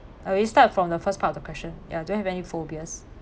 uh we start from the first part of the question ya do you have any phobias